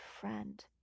friend